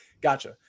gotcha